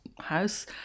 house